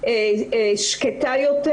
שקטה יותר,